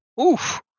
Oof